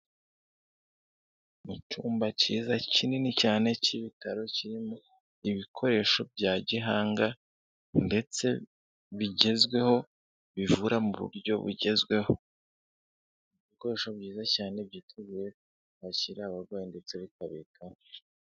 Mu cyumba cyiza kinini cyane cy'ibitaro kirimo ibikoresho bya gihanga ndetse bigezweho bivura mu buryo bugezweho, ibikoresho byiza cyane byiteguye kwakira abarwayi ndetse bikabika.